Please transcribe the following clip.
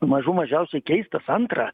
mažų mažiausiai keistas antra